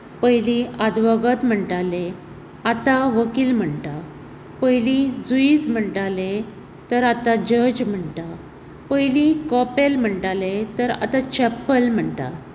पयलीं आदवोगाद म्हणटाले आतां वकील म्हणटात पयली जुवीज म्हणटाले तर आतां जज म्हणटा पयलीं कोपेल म्हणटाले तर आतांं चॅप्पल म्हणटात